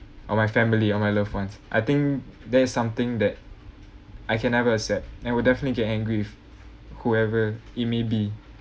or my family or my loved ones I think that is something that I can never accept I will definitely get angry with whoever it may be